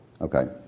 Okay